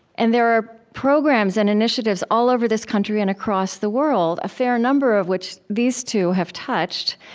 and there are programs and initiatives, all over this country and across the world, a fair number of which these two have touched,